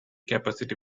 capacity